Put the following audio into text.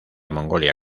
mongolia